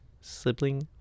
Sibling